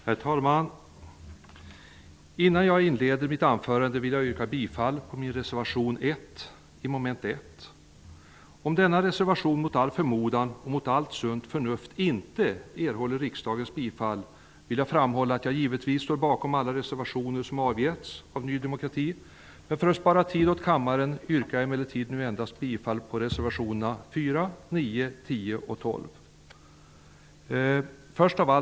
Herr talman! Innan jag inleder mitt anförande vill jag yrka bifall till min reservation 1 i moment 1. Om denna reservation, mot all förmodan och mot allt sunt förnuft, inte erhåller riksdagens bifall, vill jag framhålla att jag givetvis står bakom alla reservationer som avgetts av Ny demokrati, men för att spara tid åt kammaren yrkar jag emellertid nu endast bifall till reservationerna 4, 9, 10 och 12.